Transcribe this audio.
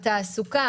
התעסוקה